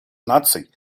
наций